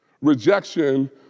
rejection